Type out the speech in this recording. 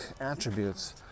attributes